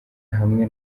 hamwe